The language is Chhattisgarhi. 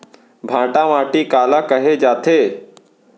भांटा माटी काला कहे जाथे?